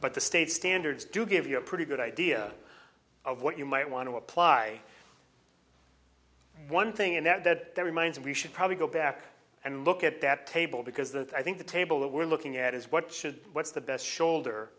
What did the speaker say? but the state standards do give you a pretty good idea of what you might want to apply one thing and that that remains and we should probably go back and look at that table because that i think the table that we're looking at is what should what's the best shoulder